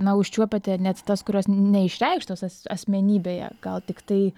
na užčiuopiate net tas kurios neišreikštos as asmenybėje gal tiktai